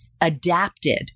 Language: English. adapted